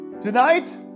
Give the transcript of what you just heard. tonight